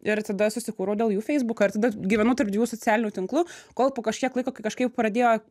ir tada susikūriau dėl jų feisbuką ir tada gyvenau tarp dviejų socialinių tinklų kol po kažkiek laiko kai kažkaip pradėjo